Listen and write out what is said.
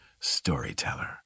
storyteller